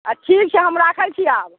आओर ठीक छै हम राखै छी आब